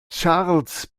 charles